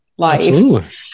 life